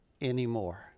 anymore